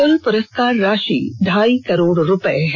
कृल पुरस्कार राशि ढाई करोड़ रुपये है